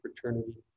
fraternity